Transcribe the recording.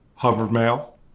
Hovermail